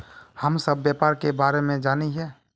हम सब व्यापार के बारे जाने हिये?